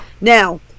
Now